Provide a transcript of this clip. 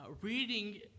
reading